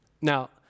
Now